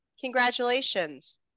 congratulations